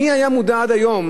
מי היה מודע עד היום